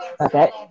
Okay